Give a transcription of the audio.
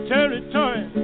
Territory